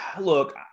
look